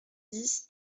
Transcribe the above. dix